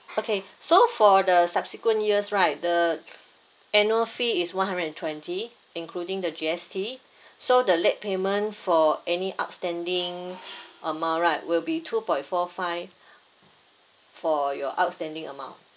okay so for the subsequent years right the annual fee is one hundred and twenty including the G_S_T so the late payment for any outstanding amount right will be two point four five for your outstanding amount